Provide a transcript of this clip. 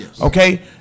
Okay